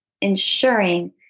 ensuring